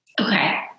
Okay